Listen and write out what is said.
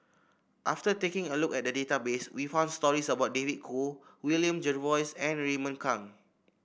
after taking a look at the database we found stories about David Kwo William Jervois and Raymond Kang